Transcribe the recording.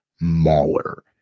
mauler